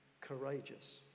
courageous